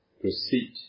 proceed